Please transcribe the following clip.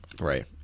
Right